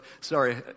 sorry